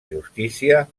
justícia